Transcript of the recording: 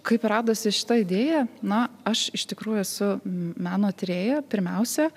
kaip radosi šita idėja na aš iš tikrųjų su meno tyrėja pirmiausia